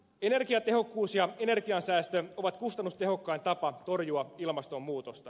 energiatehokkuus ja energiansäästö ovat kustannustehokkain tapa torjua ilmastonmuutosta